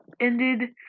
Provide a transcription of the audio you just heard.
ended